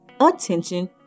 attention